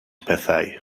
pethau